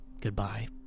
Goodbye